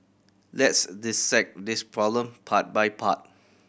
let's dissect this problem part by part